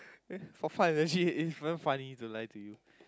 for fun legit is damn funny to lie to you